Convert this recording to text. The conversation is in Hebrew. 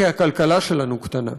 כי הכלכלה שלנו קטנה,